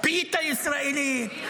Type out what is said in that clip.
פיתה ישראלית.